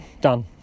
done